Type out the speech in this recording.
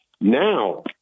Now